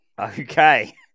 Okay